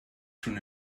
schon